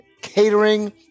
Catering